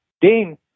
Dean